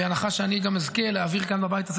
בהנחה שאני גם אזכה להעביר בבית הזה